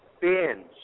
binge